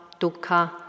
dukkha